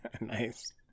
nice